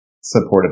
supported